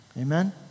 Amen